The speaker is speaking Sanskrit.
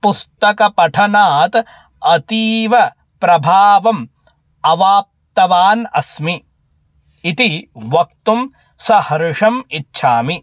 पुस्तकपठनात् अतीवप्रभावम् अवाप्तवान् अस्मि इति वक्तुं सहर्षम् इच्छामि